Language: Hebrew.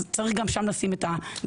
אז צריך גם שם לשים את הדגש.